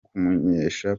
kumenyesha